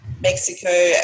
Mexico